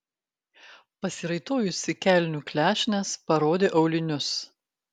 pasiraitojusi kelnių klešnes parodė aulinius